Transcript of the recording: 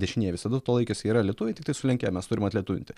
dešinieji visada to laikėsi yra lietuviai tiktai sulenkėję mes turim vat lietuvinti